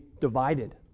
divided